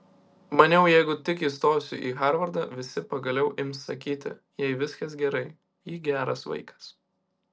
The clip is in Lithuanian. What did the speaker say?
maniau jeigu tik įstosiu į harvardą visi pagaliau ims sakyti jai viskas gerai ji geras vaikas